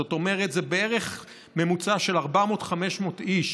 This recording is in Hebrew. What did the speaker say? זאת אומרת, זה בערך ממוצע של 400 500 איש